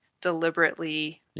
deliberately